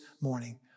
morning